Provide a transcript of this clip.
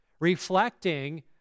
reflecting